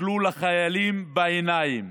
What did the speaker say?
תסתכלו לחיילים בעיניים